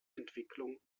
entwicklung